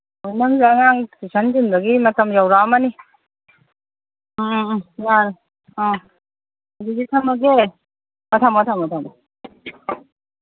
ꯅꯪꯁꯨ ꯑꯉꯥꯡ ꯇꯨꯏꯁꯟ ꯊꯤꯟꯕꯒꯤ ꯃꯇꯝ ꯌꯧꯔꯛꯑꯝꯃꯅꯤ ꯎꯝ ꯎꯝ ꯎꯝ ꯌꯥꯔꯦ ꯑꯥ ꯑꯗꯨꯗꯤ ꯊꯝꯃꯒꯦ ꯑ ꯊꯝꯃꯣ ꯊꯝꯃꯣ ꯊꯝꯃꯣ